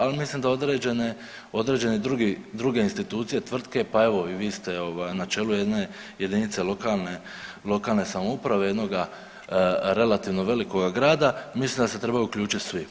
Ali mislim da određene druge institucije, tvrtke, pa evo i vi ste na čelu jedne jedinice lokalne samouprave, jednoga relativno velikoga grada i mislim da se trebaju uključiti svi.